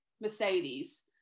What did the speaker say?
Mercedes